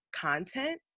content